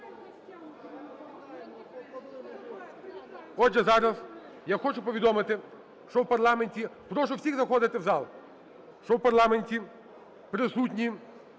Отже, зараз я хочу повідомити, що в парламенті… Прошу всіх заходити в зал! Що в парламенті присутні